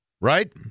right